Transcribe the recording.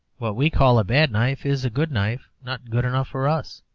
what we call a bad knife is a good knife not good enough for us